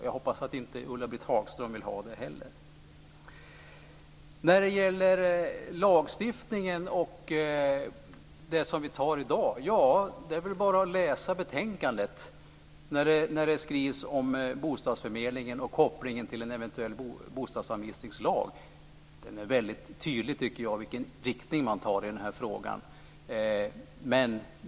Jag hoppas att inte Ulla-Britt Hagström vill ha det heller. När det gäller lagstiftningen och det som vi ska fatta beslut om i dag är det bara att läsa betänkandet där det skrivs om bostadsförmedlingen och kopplingen till en eventuell bostadsanvisningslag. Jag tycker att det är väldigt tydligt vilken riktning man tar i den här frågan.